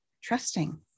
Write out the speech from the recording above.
Trusting